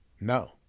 No